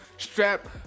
strap